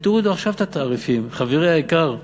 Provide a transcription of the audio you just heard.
ותורידו עכשיו את התעריפים, חברי היקר,